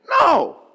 No